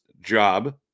job